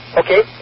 okay